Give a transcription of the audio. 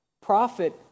profit